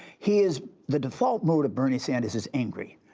he is the default mode of bernie sanders is angry.